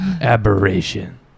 aberration